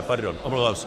Pardon, omlouvám se.